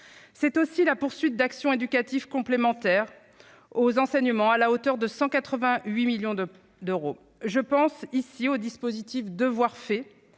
par la poursuite d'actions éducatives complémentaires aux enseignements, pour 188 millions d'euros. Je pense ici au dispositif « Devoirs faits